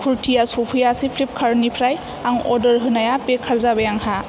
खुरथिया सफैयासै फ्लिपकार्त निफ्राय आं अर्दार होनाया बेखार जाबाय आंहा